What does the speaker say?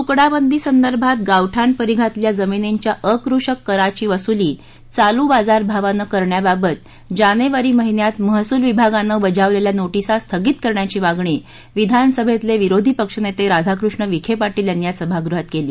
तुकडाबंदी संदर्भात गावठाण परिघातल्या जमिनींच्या अकृषक कराची वसूली चालू बाजारभावानं करण्याबाबत जानेवारी महिन्यात महसूल विभागानं बजावलेल्या नोटिसा स्थगित करण्याची मागणी विधानसभेतले विरोधी पक्षनेते राधाकृष्ण विखे पाटील यांनी आज सभागृहात केली